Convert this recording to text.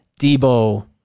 Debo